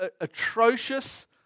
atrocious